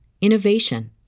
innovation